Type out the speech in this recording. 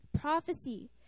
Prophecy